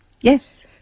yes